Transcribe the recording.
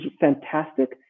fantastic